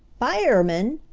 fireman!